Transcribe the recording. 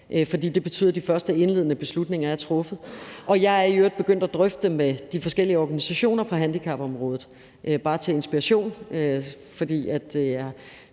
det betyder, at de første indledende beslutninger er truffet. Jeg er i øvrigt begyndt at drøfte det med de forskellige organisationer på handicapområdet. Det siger